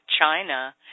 China